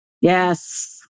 Yes